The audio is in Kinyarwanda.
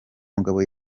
mugabo